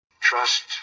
Trust